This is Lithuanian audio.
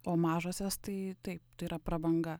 o mažosios tai taip tai yra prabanga